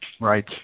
Right